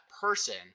person